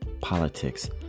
politics